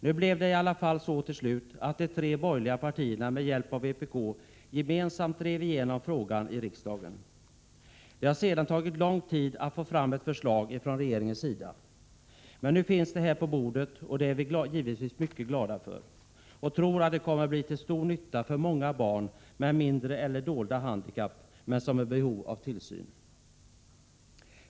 Nu blev det ialla fall till sist så att de tre borgerliga partierna gemensamt och med hjälp av vpk drev igenom detta i riksdagen. Det har sedan tagit lång tid att få fram ett förslag från regeringen, men nu finns det här på bordet, och det är vi givetvis mycket glada för. Vi tror att det kommer att bli till stor nytta för många barn, som har mindre eller dolda handikapp men som är i behov av tillsyn.